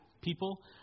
people